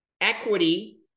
equity